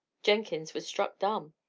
jenkins was struck dumb.